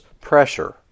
pressure